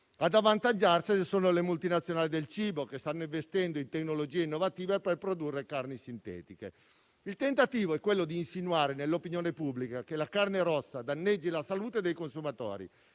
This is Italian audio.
Ad avvantaggiarsene sono le multinazionali del cibo, che stanno investendo in tecnologie innovative per produrre carni sintetiche. Il tentativo è insinuare nell'opinione pubblica che la carne rossa danneggi la salute dei consumatori,